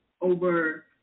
over